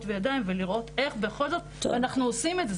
וידיים ולראות איך בכל זאת אנחנו עושים את זה.